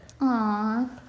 Aww